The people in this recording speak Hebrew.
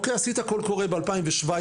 עשית קול קורא אחד ב-2017,